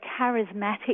charismatic